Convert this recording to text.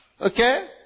Okay